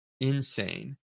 insane